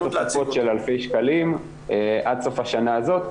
תוספות של אלפי שקלים עד סוף השנה הזאת.